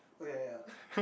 oh ya ya ya eh